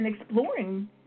exploring